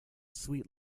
sweet